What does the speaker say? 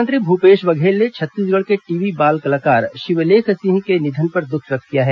मुख्यमंत्री भूपेश बघेल ने छत्तीसगढ़ के टीवी बाल कलाकार शिवलेख सिंह के निधन पर दुख व्यक्त किया है